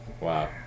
Wow